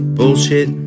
bullshit